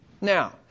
Now